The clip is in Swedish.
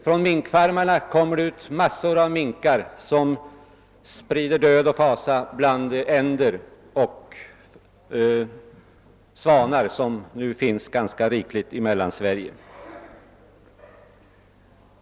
Från minkfarmarna kom mer det ut massor av minkar som sprider död och fasa bland änder och svanar, vilka nu förekommer ganska rikligt i Mellansverige.